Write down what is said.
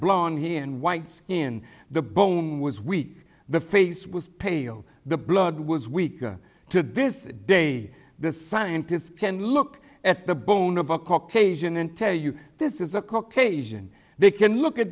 blown here and white skin the bomb was weak the face was pale the blood was weaker to this day the scientists can look at the bones of a caucasian and tell you this is a caucasian they can look at